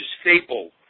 staple